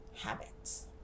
habits